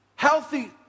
Healthy